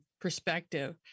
perspective